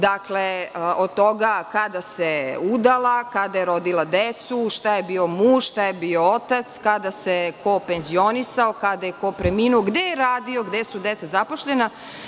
Dakle, od toga kada se udala, kada je rodila decu, šta je bio muž, šta je bio otac, kada se ko penzionisao, kada je ko preminuo, gde je radio, gde su deca zaposlena.